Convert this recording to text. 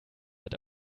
wird